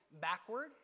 backward